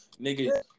Nigga